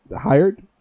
Hired